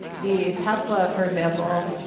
the tesla, for example,